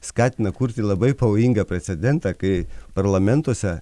skatina kurti labai pavojingą precedentą kai parlamentuose